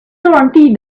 guaranteed